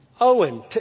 Owen